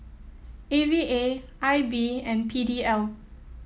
A V A I B and P D L